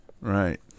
right